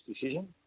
decision